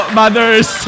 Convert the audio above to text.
mothers